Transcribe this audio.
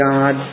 God